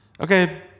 Okay